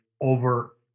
over